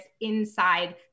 inside